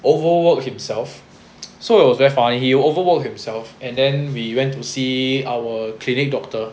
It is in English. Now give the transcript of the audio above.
overwork himself so it was very funny he overwork himself and then we went to see our clinic doctor